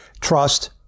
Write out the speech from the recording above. Trust